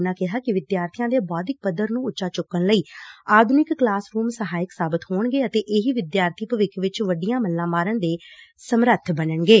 ਉਨੂਂ ਕਿਹਾ ਕਿ ਵਿਦਿਆਰਥੀਆਂ ਦੇ ਬੌਧਿਕ ਪੱਧਰ ਨੂੰ ਉਚਾ ਚੁੱਕਣ ਲਈ ਆਧੁਨਿਕ ਕਲਾਸ ਰੁਮ ਸਹਾਇਕ ਸਾਬਤ ਹੋਣਗੇ ਅਤੇ ਇਹੀ ਵਿਦਿਆਰਬੀ ਭਵਿੱਖ ਵਿੱਚ ਵੱਡੀਆਂ ਮੱਲਾਂ ਮਾਰਨ ਦੇ ਸਮਰੱਥ ਬਣਨਗੇ